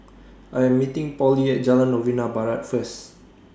I Am meeting Pollie At Jalan Novena Barat First